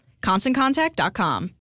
ConstantContact.com